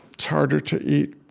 it's harder to eat.